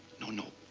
no, no.